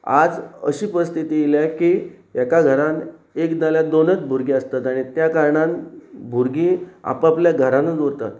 आज अशी परिस्थिती येयल्या की एका घरान एक जाल्या दोनूच भुरगीं आसतात आनी त्या कारणान भुरगीं आप आपल्या घरानूच उरतात